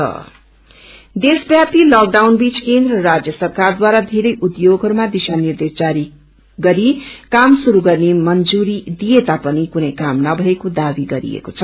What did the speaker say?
T industries देशव्यापी लकडाउनबीच केन्द्र र राज्य सरकारद्वारा बेरै उध्ययोगहरूमा दिशा निर्देश जारी गरी काम श्रुस गर्ने मंजुरी दिएता पनि कुनै काम नभएको दावी गरिएको छ